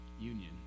union